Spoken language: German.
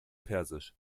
persisch